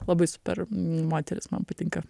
labai super moteris man patinka